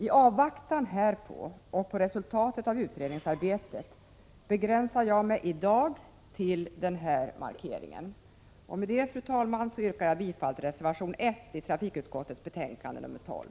I avvaktan härpå och på resultatet av utredningsarbetet begränsar jag mig i dag till denna markering. Med detta, fru talman, yrkar jag bifall till reservation 1 till trafikutskottets betänkande 12.